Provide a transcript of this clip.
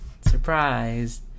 surprise